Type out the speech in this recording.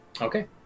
Okay